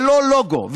ללא לוגו,